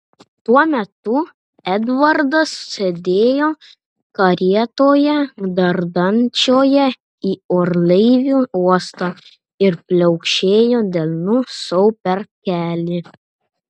tuo metu edvardas sėdėjo karietoje dardančioje į orlaivių uostą ir pliaukšėjo delnu sau per kelį